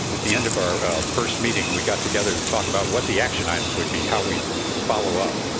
at the end of our first meeting, we got together to talk about what the action items would be, how we'd follow up.